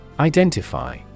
Identify